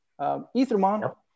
Ethermon